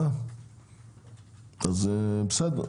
בסדר,